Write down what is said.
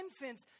infants